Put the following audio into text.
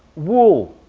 wool.